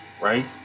right